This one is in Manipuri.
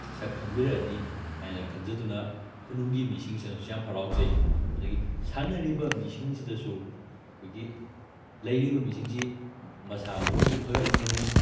ꯁꯛ ꯈꯪꯕꯤꯔꯛꯑꯅꯤ ꯍꯥꯏꯅ ꯈꯟꯖꯗꯨꯅ ꯈꯨꯅꯨꯡꯒꯤ ꯃꯤꯁꯤꯡꯁꯤꯅꯁꯨ ꯌꯥꯝꯅ ꯍꯔꯥꯎꯖꯩ ꯑꯗꯨꯗꯒꯤ ꯁꯥꯟꯅꯔꯤꯕ ꯃꯤꯁꯤꯡꯗꯁꯨ ꯑꯩꯈꯣꯏꯒꯤ ꯂꯩꯔꯤꯕ ꯃꯤꯁꯤꯡꯁꯤ ꯃꯁꯥ ꯃꯎꯁꯨ ꯐꯒꯠꯍꯟꯒꯅꯤ